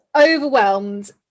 overwhelmed